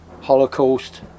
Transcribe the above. holocaust